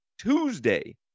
Tuesday